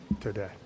today